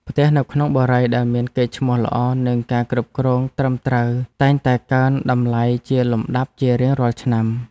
ផ្ទះនៅក្នុងបុរីដែលមានកេរ្តិ៍ឈ្មោះល្អនិងការគ្រប់គ្រងត្រឹមត្រូវតែងតែកើនតម្លៃជាលំដាប់ជារៀងរាល់ឆ្នាំ។